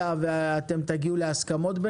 הגז הטבעי (חובת מסירת מידע של מוכר ומשווק גז טבעי),